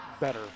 better